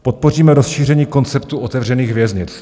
Podpoříme rozšíření konceptu otevřených věznic.